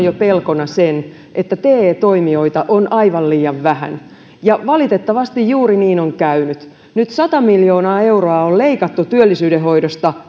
jo silloin pelkona sen että te toimijoita on aivan liian vähän ja valitettavasti juuri niin on käynyt nyt sata miljoonaa euroa on leikattu työllisyyden hoidosta